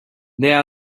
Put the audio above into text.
there